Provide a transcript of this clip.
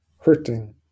hurting